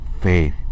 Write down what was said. faith